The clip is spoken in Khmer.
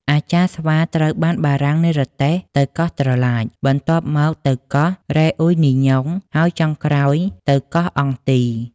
អាចារ្យស្វាត្រូវបានបារាំងនិរទេសទៅកោះត្រឡាច បន្ទាប់មកទៅកោះរេអុយនីញូង ហើយចុងក្រោយទៅកោះអង់ទី។